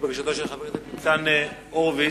חבר הכנסת ניצן הורוביץ,